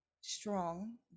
strong